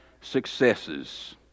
successes